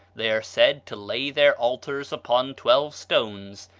they are said to lay their altars upon twelve stones,